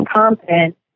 confident